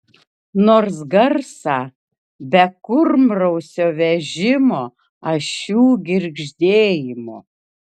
nors garsą be kurmrausio vežimo ašių girgždėjimo